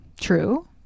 True